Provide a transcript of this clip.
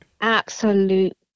absolute